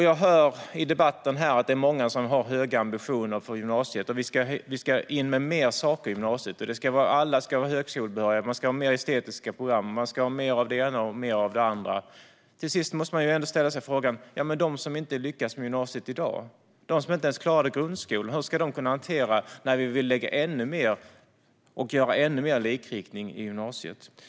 Jag hör i debatten att många har höga ambitioner för gymnasiet. Vi ska in med fler saker i gymnasiet. Alla ska vara högskolebehöriga. Man ska ha mer estetiska program. Man ska ha mer av det ena och mer av det andra. Till sist måste man ändå ställa sig frågan: Hur ska de som inte lyckas med gymnasiet i dag, som inte ens klarade grundskolan, kunna hantera att vi vill lägga till ännu mer och skapa ännu mer likriktning i gymnasiet?